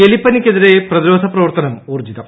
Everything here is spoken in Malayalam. എലിപ്പനിക്കെതിരെ പ്രതിരോധ പ്രവർത്തനം ഊർജ്ജിതം